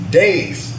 days